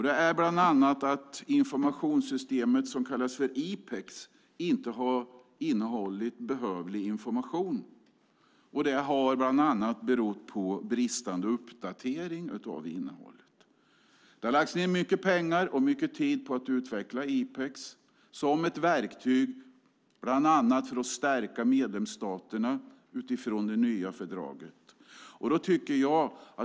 Det är bland annat att informationssystemet Ipex inte har innehållit behövlig information. Det har berott på bristande uppdatering av systemet. Det har lagts ned mycket pengar på att utveckla Ipex som ett verktyg att stärka medlemsstaterna utifrån det nya fördraget.